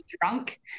drunk